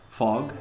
fog